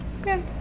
Okay